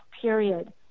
period